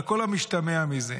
על כל המשתמע מזה.